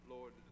Lord